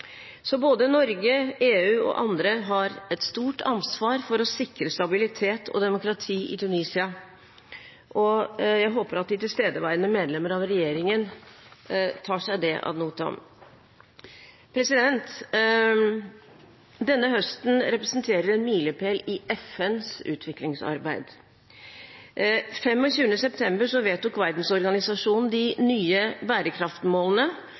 Både Norge, EU og andre har et stort ansvar for å sikre stabilitet og demokrati i Tunisia. Jeg håper at de tilstedeværende medlemmer av regjeringen tar seg det ad notam. Denne høsten representerer en milepæl i FNs utviklingsarbeid. Den 25. september vedtok verdensorganisasjonen de nye